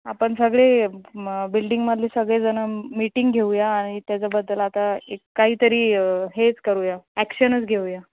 आपण सगळे म बिल्डिंगमधले सगळेजणं मीटिंग घेऊया आणि त्याच्याबद्दल आता एक काहीतरी हेच करूया ॲक्शनच घेऊया